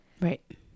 right